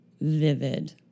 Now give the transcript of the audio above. vivid